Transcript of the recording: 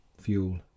fuel